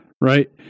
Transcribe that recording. Right